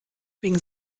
wegen